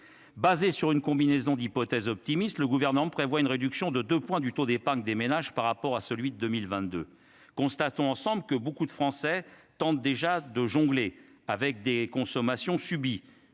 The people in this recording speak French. basé sur une combinaison d'hypothèse optimiste, le gouvernement prévoit une réduction de 2 points du taux d'épargne des ménages par rapport à celui de 2022 constat sont ensemble que beaucoup de Français tentent déjà de jongler avec des consommations subi